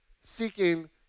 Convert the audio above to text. seeking